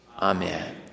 Amen